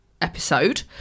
episode